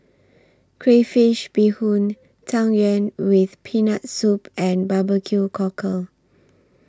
Crayfish Beehoon Tang Yuen with Peanut Soup and Barbecue Cockle